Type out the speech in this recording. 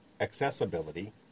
accessibility